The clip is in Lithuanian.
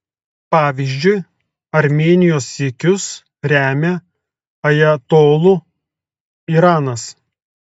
pavyzdžiui armėnijos siekius remia ajatolų iranas